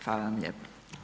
Hvala vam lijepo.